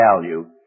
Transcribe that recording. value